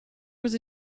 was